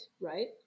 right